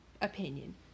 opinion